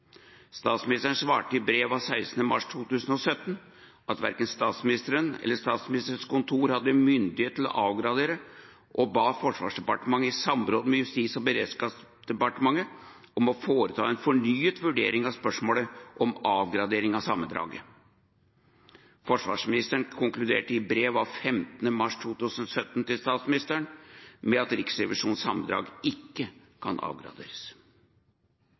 Statsministeren svarte i brev av 16. mars 2017 at verken statsministeren eller Statsministerens kontor hadde myndighet til å avgradere og ba Forsvarsdepartementet, i samråd med Justis- og beredskapsdepartementet, om å foreta en fornyet vurdering av spørsmålet om avgradering av sammendraget. Forsvarsministeren konkluderte i brev av 15. mars 2017 til statsministeren med at Riksrevisjonens sammendrag ikke kan avgraderes.